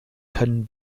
können